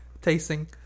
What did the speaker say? tasting